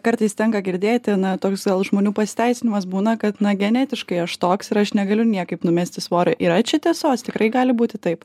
kartais tenka girdėti na toks realus žmonių pasiteisinimas būna kad na genetiškai aš toks ir aš negaliu niekaip numesti svorio yra čia tiesos tikrai gali būti taip